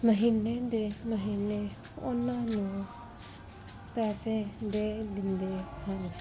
ਮਹੀਨੇ ਦੇ ਮਹੀਨੇ ਉਹਨਾਂ ਨੂੰ ਪੈਸੇ ਦੇ ਦਿੰਦੇ ਹਨ